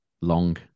long